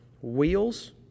wheels